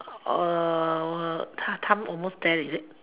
time time almost there is it